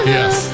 Yes